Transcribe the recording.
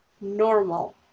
normal